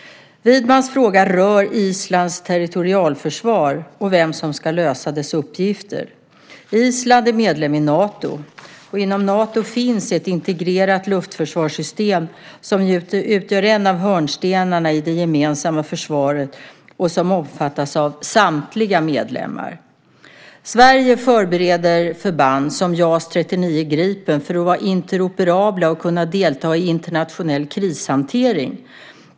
Widmans fråga rör Islands territorialförsvar och vem som ska lösa dess uppgifter. Island är medlem i Nato. Inom Nato finns ett integrerat luftförsvarssystem som utgör en av hörnstenarna i det gemensamma försvaret och som omfattas av samtliga medlemmar. Sverige förbereder förband som JAS 39 Gripen för att vara interoperabla och kunna delta i internationell krishantering.